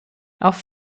auf